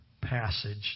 passage